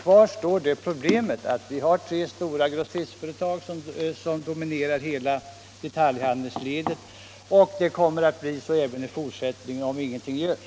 Kvar står det faktum att tre stora grossistföretag dominerar hela detaljhandelsledet och att det kommer att fortsätta så, om ingenting görs.